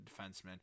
defenseman